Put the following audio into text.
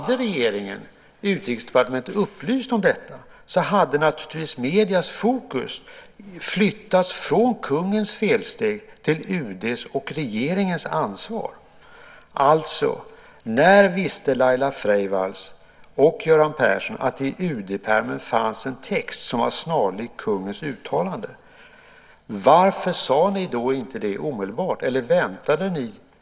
Om regeringen, Utrikesdepartementet, hade upplyst om detta så hade naturligtvis mediernas fokus flyttats från kungens felsteg till UD:s och regeringens ansvar. Alltså, när visste Laila Freivalds och Göran Persson att det i UD-pärmen fanns en text som var snarlik kungens uttalande? Varför sade ni det då inte omedelbart?